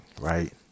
right